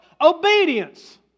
obedience